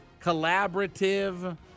collaborative